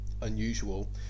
unusual